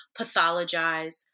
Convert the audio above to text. pathologize